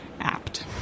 apt